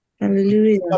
Hallelujah